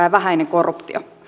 ja vähäinen korruptio